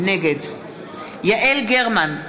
נגד יעל גרמן,